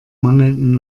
mangelnden